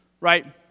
right